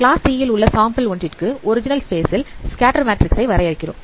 class C ல் உள்ள sample ஒன்றிற்கு ஒரிஜினல் ஸ்பேஸ் ல் ஸ்கேட்டர் மேட்ரிக்ஸ் ஐ வரையறுகிறோம்